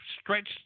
stretched